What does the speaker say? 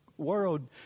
world